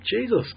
Jesus